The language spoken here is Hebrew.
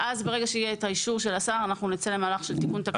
ואז ברגע שיהיה האישור של השר נצא למהלך של תיקון תקנות.